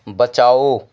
बचाओ